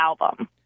album